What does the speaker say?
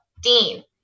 Dean